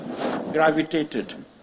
gravitated